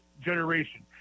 generation